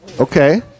Okay